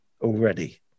already